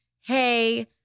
hey